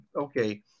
Okay